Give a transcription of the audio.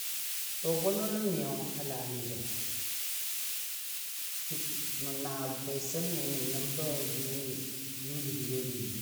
Lɔ bwenɔlən məndiyo a lami jəl mə na bwesəni mə nyimbɔ jʊ youligɔ yɔle woi.